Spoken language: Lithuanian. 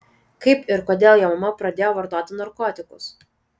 kaip ir kodėl jo mama pradėjo vartoti narkotikus